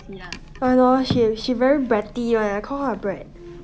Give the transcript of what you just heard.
ya lor she she very bratty [one] I call her a brat